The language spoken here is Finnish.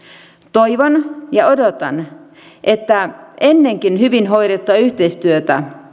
toivon ja odotan että ennenkin hyvin hoidettua yhteistyötä